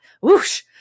whoosh